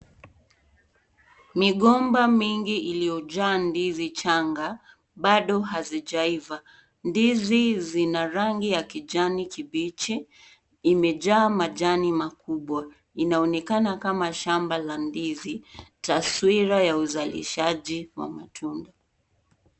Migomba mingi iliyojaa ndizi changa bado hazijava. Ndizi zina rangi ya kijani kimbichi imejaa majani makubwa. Inaonekana kama shamba la ndizi taswira ya uzalishaji wa matunda.